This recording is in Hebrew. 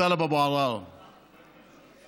לטלב אבו עראר: באמת,